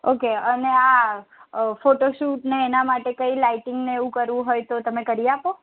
okay અને આ photoshoot ને એના માટે કઈ લાઇટિંગ ને એવું કરવું હોય તો તમે કરી આપો